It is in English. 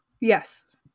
Yes